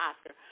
Oscar